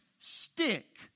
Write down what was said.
stick